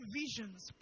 visions